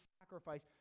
sacrifice